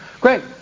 Great